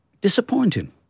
disappointing